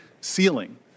ceiling